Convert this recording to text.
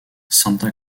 santa